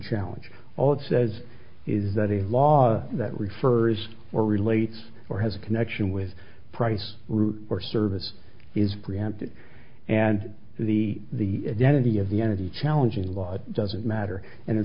challenge all it says is that a law that refers or relates or has a connection with price root or service is preempted and the identity of the entity challenging the law doesn't matter and in